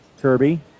Kirby